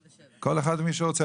כל אחד ומה שהוא רוצה.